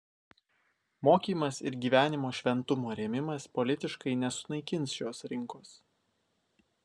mokymas ir gyvenimo šventumo rėmimas politiškai nesunaikins šios rinkos